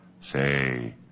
say